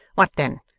what then?